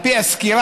על פי הסקירה,